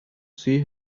see